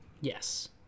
yes